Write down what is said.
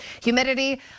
Humidity